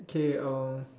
K o